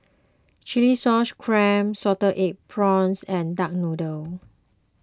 Chilli Sauce Clams Salted Egg Prawns and Duck Noodle